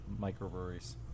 microbreweries